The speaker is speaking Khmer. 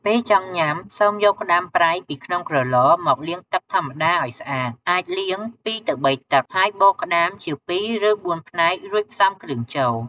ពេលចង់ញ៉ាំ សូមយកក្តាមប្រៃពីក្នុងក្រឡមកលាងទឹកធម្មតាឲ្យស្អាត អាចលាង ២-៣ ទឹក ហើយបកក្តាមជាពីរ ឬបួនផ្នែក រួចផ្សំគ្រឿងចូល។